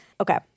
Okay